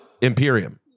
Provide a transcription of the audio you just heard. Imperium